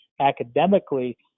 academically